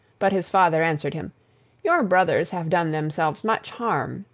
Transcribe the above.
but his father answered him your brothers have done themselves much harm,